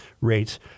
rates